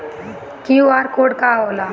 QR code का होला?